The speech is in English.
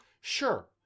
Sure